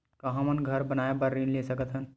का हमन घर बनाए बार ऋण ले सकत हन?